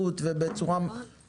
אם הוא השתפר, למה גדלו התלונות?